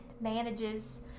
manages